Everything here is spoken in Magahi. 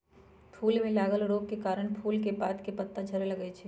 फूल में लागल रोग के कारणे फूल के पात झरे लगैए छइ